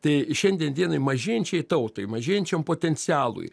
tai šiandien dienai mažėjančiai tautai mažėjančiam potencialui